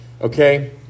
Okay